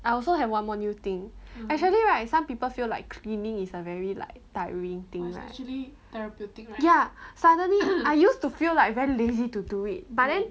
I also have one more new thing actually right some people feel like cleaning is a very like tiring thing right ya suddenly I used to feel like very lazy to do it but then